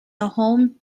home